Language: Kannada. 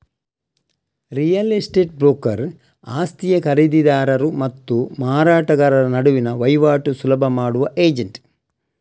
ರಿಯಲ್ ಎಸ್ಟೇಟ್ ಬ್ರೋಕರ್ ಆಸ್ತಿಯ ಖರೀದಿದಾರರು ಮತ್ತು ಮಾರಾಟಗಾರರ ನಡುವಿನ ವೈವಾಟು ಸುಲಭ ಮಾಡುವ ಏಜೆಂಟ್